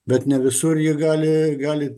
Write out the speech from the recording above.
bet ne visur ji gali gali